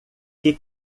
que